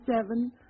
seven